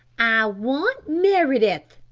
i want meredith,